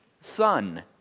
Son